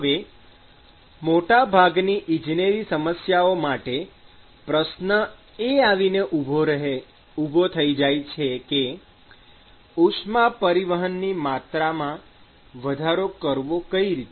હવે મોટાભાગની ઇજનેરી સમસ્યાઓ માટે પ્રશ્ન એ આવીને ઊભો થઈ જાય છે કે ઉષ્મા પરિવહનની માત્રામાં વધારો કરવો કઈ રીતે